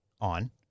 on